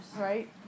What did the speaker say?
Right